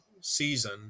season